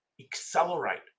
accelerate